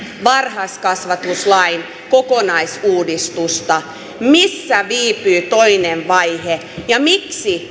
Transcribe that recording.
varhaiskasvatuslain kokonaisuudistusta missä viipyy toinen vaihe ja miksi